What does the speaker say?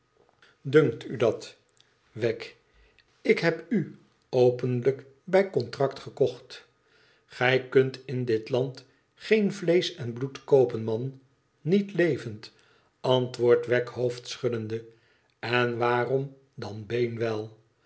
dunkt u dat wegg ïk heb u openlijk bij contract gekocht gij kunt in dit land geen vleesch en bloed koopen man niet levend antwoordt wegg hoofdschuddende en waarom dan been wel